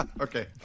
Okay